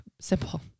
simple